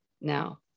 now